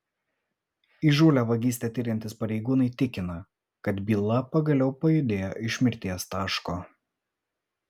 įžūlią vagystę tiriantys pareigūnai tikina kad byla pagaliau pajudėjo iš mirties taško